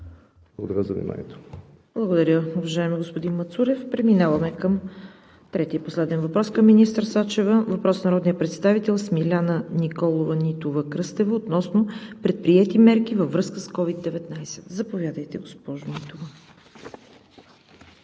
благодаря за вниманието.